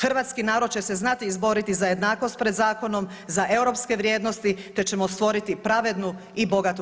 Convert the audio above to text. Hrvatski narod će se znati izboriti za jednakost pred zakonom, za europske vrijednosti te ćemo stvoriti pravednu i bogatu